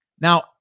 Now